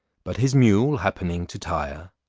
but his mule happening to tire,